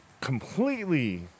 completely